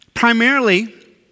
Primarily